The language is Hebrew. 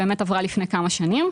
עברה לפני כמה שנים.